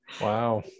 Wow